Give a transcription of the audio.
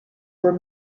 were